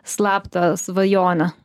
slaptą svajonę